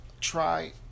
try